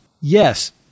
yes